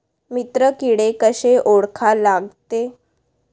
मित्र किडे कशे ओळखा लागते?